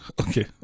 Okay